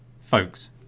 Folks